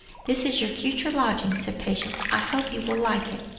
this is your future lodging, said patience i hope you will like it.